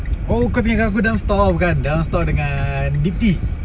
oh kau tinggalkan aku dalam stor bukan dalam stor dengan ricky